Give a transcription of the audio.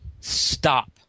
Stop